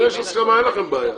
אם יש הסכמה אין לכם בעיה.